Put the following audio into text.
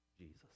Jesus